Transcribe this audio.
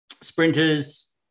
sprinters